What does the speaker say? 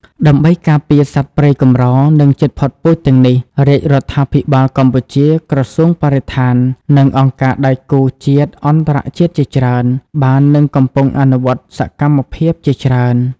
ដើម្បីការពារសត្វព្រៃកម្រ និងជិតផុតពូជទាំងនេះ រាជរដ្ឋាភិបាលកម្ពុជា ក្រសួងបរិស្ថាន និងអង្គការដៃគូជាតិ-អន្តរជាតិជាច្រើន បាននិងកំពុងអនុវត្តសកម្មភាពជាច្រើន។